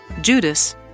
Judas